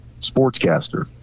sportscaster